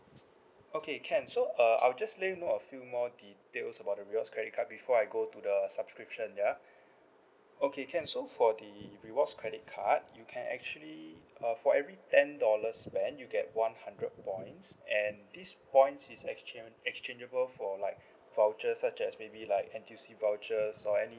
okay can so uh I'll just let you know a few more details about the rewards credit card before I go to the subscription ya okay can so for the rewards credit card you can actually uh for every ten dollars spend you get one hundred points and these points is exchange exchangeable for like voucher such as maybe like N_T_U_C vouchers or any